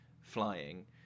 flying